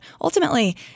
ultimately